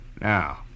Now